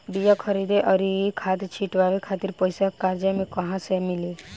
बीया खरीदे आउर खाद छिटवावे खातिर पईसा कर्जा मे कहाँसे मिली?